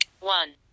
one